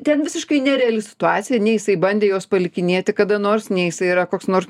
ten visiškai nereali situacija nei jisai bandė jos palikinėti kada nors ne jisai yra koks nors